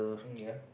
ya